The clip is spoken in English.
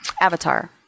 Avatar